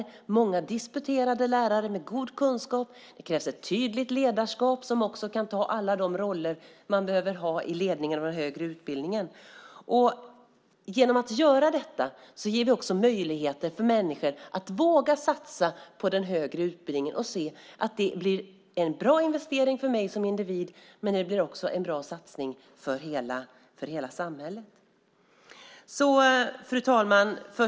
Det krävs många disputerade lärare med goda kunskaper. Det krävs ett tydligt ledarskap som kan ta alla de roller man behöver ha i ledningen av högre utbildning. Genom det ger vi människor möjlighet att våga satsa på den högre utbildningen. Man kan se att det blir en bra investering för individen och en bra satsning för hela samhället. Fru talman!